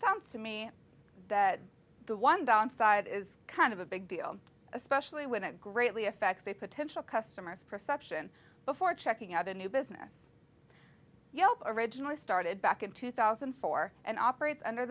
sounds to me that the one downside is kind of a big deal especially when it greatly effects a potential customers perception before checking out a new business yelp originally started back in two thousand and four and operates under